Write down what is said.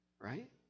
Right